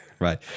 Right